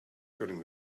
cutting